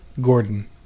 Gordon